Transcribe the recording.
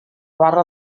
barra